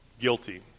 guilty